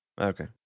okay